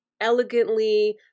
elegantly